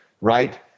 right